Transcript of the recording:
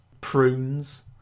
prunes